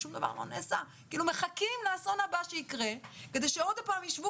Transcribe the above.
כרגע שום דבר לא נעשה ומחכים לאסון הבא שיקרה כדי שעוד פעם ישבו